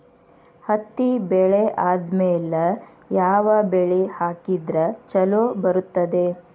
ಹತ್ತಿ ಬೆಳೆ ಆದ್ಮೇಲ ಯಾವ ಬೆಳಿ ಹಾಕಿದ್ರ ಛಲೋ ಬರುತ್ತದೆ?